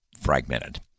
fragmented